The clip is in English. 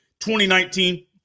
2019